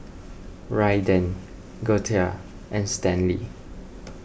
Raiden Girtha and Stanley